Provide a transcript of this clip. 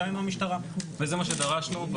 דהיינו המשטרה וזה מה שדרשנו,